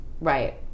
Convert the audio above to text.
right